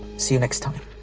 see you next time.